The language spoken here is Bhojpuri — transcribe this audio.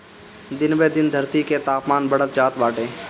दिन ब दिन धरती के तापमान बढ़त जात बाटे